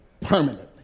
permanently